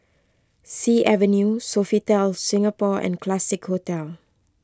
Sea Avenue Sofitel Singapore and Classique Hotel